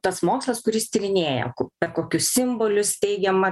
tas mokslas kuris tyrinėja per kokius simbolius teigiama